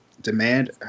Demand